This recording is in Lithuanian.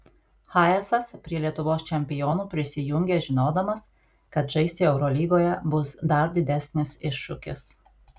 hayesas prie lietuvos čempionų prisijungė žinodamas kad žaisti eurolygoje bus dar didesnis iššūkis